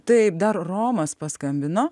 taip dar romas paskambino